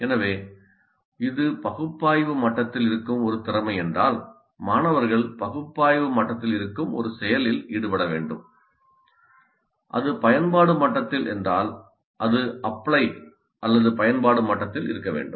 எனவே இது பகுப்பாய்வு மட்டத்தில் இருக்கும் ஒரு திறமை என்றால் மாணவர்கள் பகுப்பாய்வு மட்டத்தில் இருக்கும் ஒரு செயலில் ஈடுபட வேண்டும் அது பயன்பாடு மட்டத்தில் என்றால் இது அப்ளை பயன்பாடு மட்டத்தில் இருக்க வேண்டும்